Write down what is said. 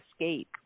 escape